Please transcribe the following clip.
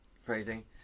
phrasing